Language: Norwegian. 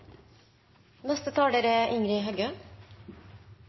neste taler er